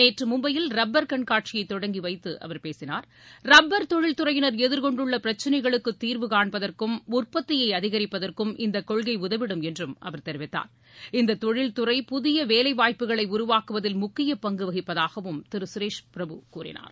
நேற்று மும்பையில் ரப்பர் கண்காட்சியை தொடங்கி வைத்து அவர் பேசினார் ரப்பர் தொழில்துறையினர் எதிர்கொண்டுள்ள பிரச்னைகளுக்கு தீர்வு காண்பதற்கும் உற்பத்தியை அதிகரிப்பதற்கும் இந்த கொள்கை உதவிடும் எனறு அவர் தெரிவித்தார் இந்த தொழில்துறை புதிய வேலைவாய்ப்புகளை உருவாக்குவதில் முக்கிய பங்கு வகிப்பதாகவும் திரு சுரேஷ் பிரபு கூறினார்